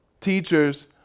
teachers